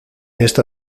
esta